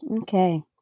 Okay